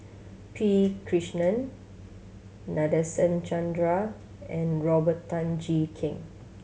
P Krishnan Nadasen Chandra and Robert Tan Jee Keng